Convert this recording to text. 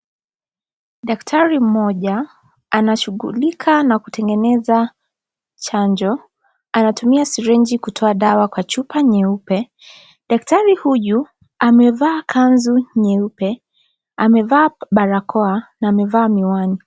Daktari mmoja anashughulika na kutengeneza chanjo, anatumia sirenji kutoa dawa kwa chupa nyeupe. Daktari huyu amevaa kanzu nyeupe, barakoa na miwani.